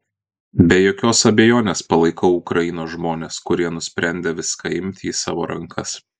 be jokios abejonės palaikau ukrainos žmones kurie nusprendė viską imti į savo rankas